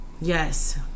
Yes